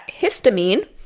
histamine